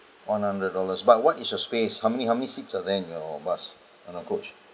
one hundred dollars but what is your space how many how many seats are there in your bus and our coach